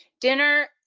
Dinner